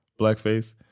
blackface